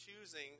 choosing